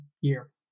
year